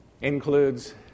includes